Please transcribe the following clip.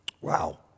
Wow